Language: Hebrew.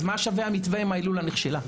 אז מה שווה המתווה אם ההילולה נכשלה?